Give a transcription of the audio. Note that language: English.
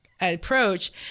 approach